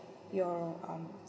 your um